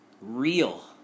real